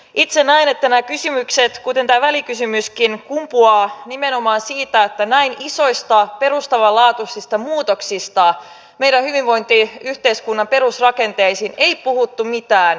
itse näen että nämä kysymykset kuten tämä välikysymyskin kumpuavat nimenomaan siitä että näin isoista perustavanlaatuisista muutoksista meidän hyvinvointiyhteiskunnan perusrakenteisiin ei puhuttu mitään vaalien alla